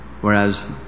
Whereas